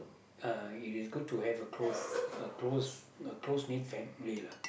uh it is good to have a close a close a close knit family lah